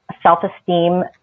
self-esteem